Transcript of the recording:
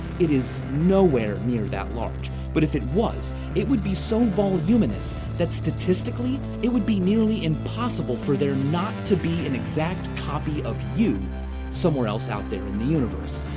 it is nowhere near that large. but, if it was, it would be so voluminous that, statistically, it would be nearly impossible for there not to be an exact copy of you somewhere else out there in the universe.